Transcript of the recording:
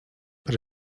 but